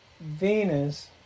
Venus